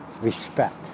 Respect